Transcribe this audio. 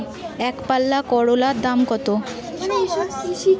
একপাল্লা করলার দাম কত?